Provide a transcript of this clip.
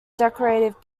decorative